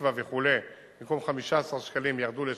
בפתח-תקווה וכו', במקום 15 שקלים ירדו ל-6.60,